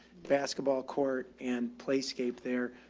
basketball court and play scape there.